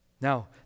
Now